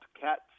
cats